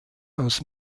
aus